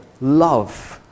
love